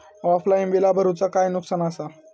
Offline बिला भरूचा काय नुकसान आसा?